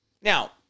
Now